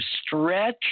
stretch